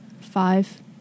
Five